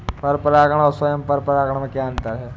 पर परागण और स्वयं परागण में क्या अंतर है?